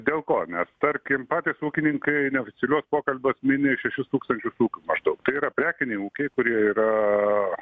dėl ko mes tarkim patys ūkininkai neoficialiuos pokalbiuos mini šešis tūkstančius ūkių maždaug tai yra prekiniai ūkiai kurie yra